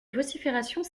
vociférations